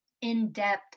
in-depth